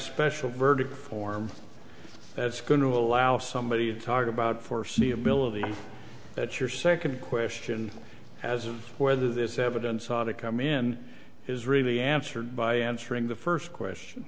special verdict form that's going to allow somebody to talk about foreseeability that your second question as of whether this evidence ought to come in is really answered by answering the first